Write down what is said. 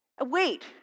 wait